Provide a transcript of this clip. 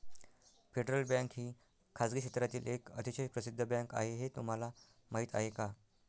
Federal Bank ही खासगी क्षेत्रातील एक अतिशय प्रसिद्ध बँक आहे हे तुम्हाला माहीत आहे का?